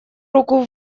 руку